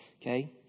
okay